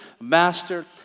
master